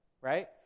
right